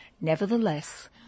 Nevertheless